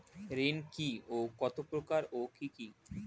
ঋণ কি ও কত প্রকার ও কি কি?